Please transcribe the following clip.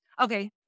Okay